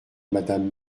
madame